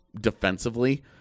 defensively